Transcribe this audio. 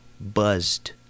Buzzed